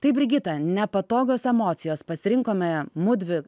tai brigita nepatogios emocijos pasirinkome mudvi